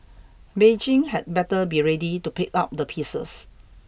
Beijing had better be ready to pick up the pieces